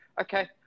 okay